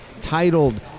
titled